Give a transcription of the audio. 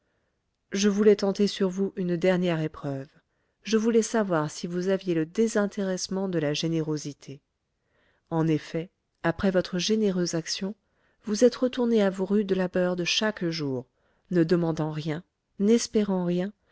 je voulais tenter sur vous une dernière épreuve je voulais savoir si vous aviez le désintéressement de la générosité en effet après votre généreuse action vous êtes retourné à vos rudes labeurs de chaque jour ne demandant rien n'espérant rien